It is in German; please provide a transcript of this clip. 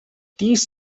dies